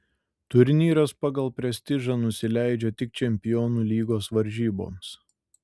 turnyras pagal prestižą nusileidžia tik čempionų lygos varžyboms